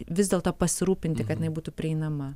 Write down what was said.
vis dėlto pasirūpinti kad jinai būtų prieinama